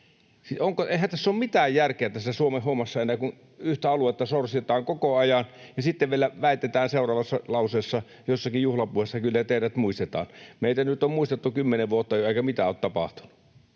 hommassa ole mitään järkeä enää, kun yhtä aluetta sorsitaan koko ajan ja sitten vielä väitetään seuraavassa lauseessa, jossakin juhlapuheessa, että kyllä teidät muistetaan. Meitä nyt on muistettu kymmenen vuotta, eikä mitään ole tapahtunut,